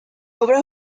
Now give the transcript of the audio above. obra